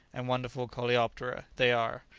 and wonderful coleoptera they are,